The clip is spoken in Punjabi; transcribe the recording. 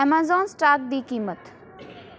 ਐਮਾਜ਼ਾਨ ਸਟਾਕ ਦੀ ਕੀਮਤ